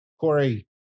Corey